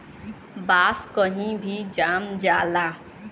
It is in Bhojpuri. बांस कही भी जाम जाला